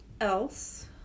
else